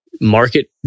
Market